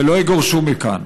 ולא יגורשו מכאן.